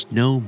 no